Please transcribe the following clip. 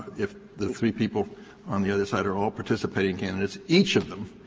if the three people on the other side are all participating candidates, each of them